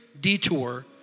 detour